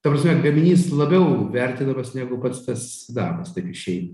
ta prasme gaminys labiau vertinamas negu pats tas sidabras taip išeina